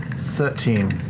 thirteen.